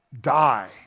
die